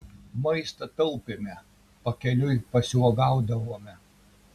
maistą taupėme pakeliui pasiuogaudavome